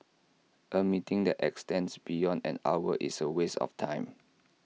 A meeting that extends beyond an hour is A waste of time